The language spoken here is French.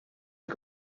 est